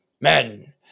men